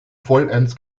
vollends